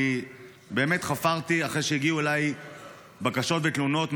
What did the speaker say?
באמת חפרתי אחרי שהגיעו אליי בקשות ותלונות מהשטח,